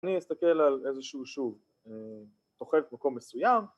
אני אסתכל על איזשהו שוב תוכל כמקום מסוים